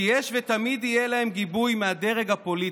כי יש ותמיד יהיה להם גיבוי מהדרג הפוליטי.